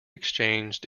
exchanged